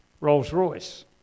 Rolls-Royce